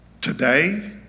Today